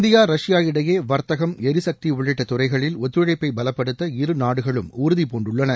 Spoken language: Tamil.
இந்தியா ரஷ்யா இடையே வர்த்தகம் எரிக்தி உள்ளிட்ட துறைகளில் ஒத்துழைப்பை பலப்படுத்த இருநாடுகளும் உறுதிபூண்டுள்ளன